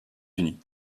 unis